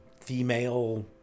female